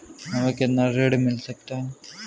हमें कितना ऋण मिल सकता है?